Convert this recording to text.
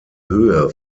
höhe